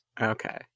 Okay